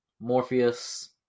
Morpheus